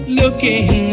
looking